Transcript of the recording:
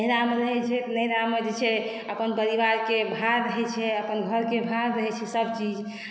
नैहरामे रहे छै तऽ नैहरामे जे छै अपन परिवारके भाड़ रहे छै अपन घरक भाड़ रहै छै सभ चीज